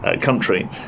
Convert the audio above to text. country